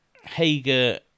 Hager